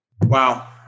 wow